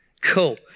Cool